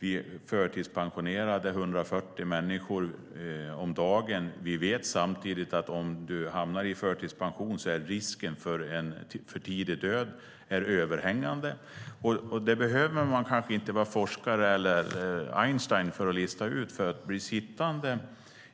Vi förtidspensionerade 140 människor om dagen, och samtidigt vet vi att risken för en för tidig död är överhängande om du hamnar i förtidspension. Det behöver man kanske inte vara forskare eller Einstein för att lista ut - det handlar om att bli sittande